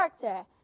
character